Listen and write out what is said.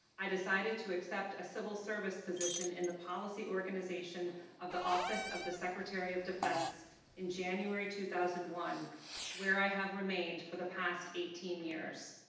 i decided to accept a civil service position in the policy organization of the office of the secretary of defense in january two thousand and one where i have remained for the past eighteen years.